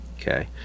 okay